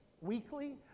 weekly